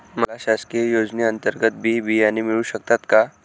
मला शासकीय योजने अंतर्गत बी बियाणे मिळू शकतात का?